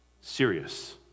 serious